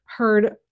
heard